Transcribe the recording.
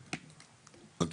שנייה, שנייה.